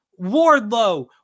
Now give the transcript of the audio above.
Wardlow